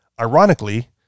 Ironically